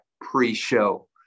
pre-show